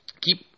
keep